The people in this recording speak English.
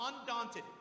undaunted